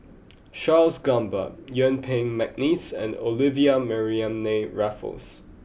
Charles Gamba Yuen Peng McNeice and Olivia Mariamne Raffles